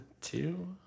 two